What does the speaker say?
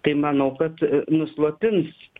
tai manau kad nuslopins